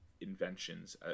inventions